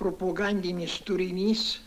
propogandinis turinys